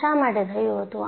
આ શા માટે થયું હતું